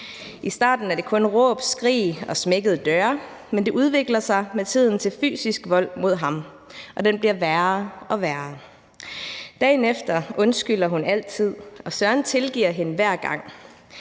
I starten er det kun råb, skrig og smækkede døre, men det udvikler sig med tiden til fysisk vold mod ham, og den bliver værre og værre. Dagen efter undskylder hun altid, og Søren tilgiver hende hver gang.